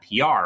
PR